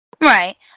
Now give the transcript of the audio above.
right